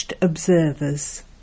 observers